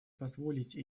позволить